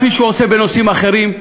כפי שהוא עושה בנושאים אחרים,